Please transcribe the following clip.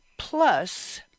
Plus